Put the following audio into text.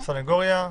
סנגוריה?